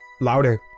louder